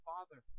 Father